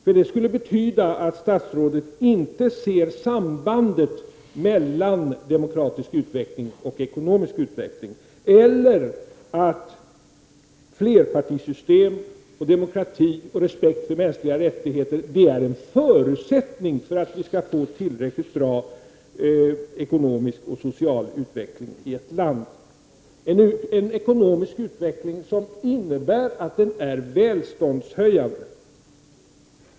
Det skulle betyda att statsrådet inte ser sambandet mellan demokratisk utveckling och ekonomisk utveckling, att hon inte ser att flerpartisystem, demokrati och respekt för mänskliga rättigheter är en förutsättning för en tillräckligt bra ekonomisk och social utveckling i ett land, dvs. en ekonomisk utveckling som innebär att den är välståndshöjande.